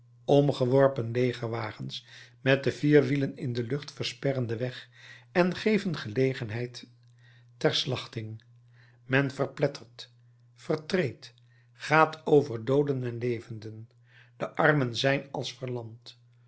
omgeworpen legerwagens met de vier wielen in de lucht versperren den weg en geven gelegenheid ter slachting men verplettert vertreedt gaat over dooden en levenden de armen zijn als verlamd